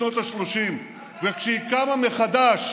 בשנות השלושים, אתה אמרת, וכשהיא קמה מחדש,